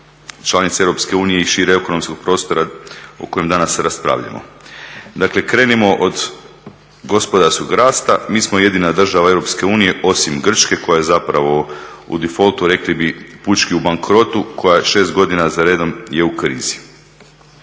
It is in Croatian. članice Europske unije i šireg ekonomskog prostora o kojem danas raspravljamo. Dakle krenimo od gospodarskog rasta. Mi smo jedina država Europske unije osim Grčke koja je zapravo u defaultu rekli bi pučki u bankrotu, koja 6 godina za redom je u krizi.